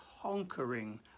conquering